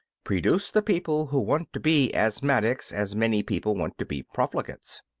produce the people who want to be asthmatics as many people want to be profligates.